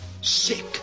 Sick